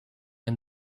and